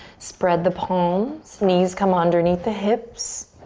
spread the palms, knees come underneath the hips.